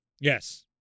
Yes